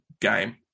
game